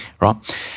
right